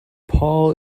paul